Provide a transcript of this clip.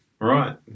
Right